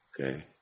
Okay